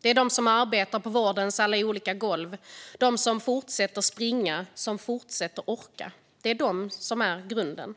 Det är de som arbetar på vårdens alla olika golv - de som fortsätter springa och de som fortsätter orka - som är grunden.